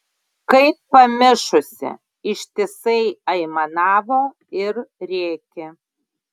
kaip pamišusi ištisai aimanavo ir rėkė